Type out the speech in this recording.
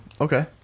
Okay